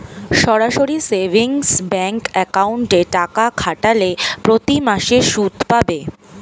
সরাসরি savings bank অ্যাকাউন্টে টাকা খাটালে প্রতিমাসে সুদ পাবে